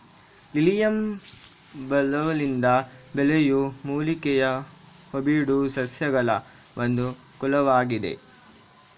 lilium ಬಲ್ಬ್ಗಳಿಂದ ಬೆಳೆಯೋ ಮೂಲಿಕೆಯ ಹೂಬಿಡೋ ಸಸ್ಯಗಳ ಒಂದು ಕುಲವಾಗಿದೆ